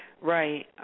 Right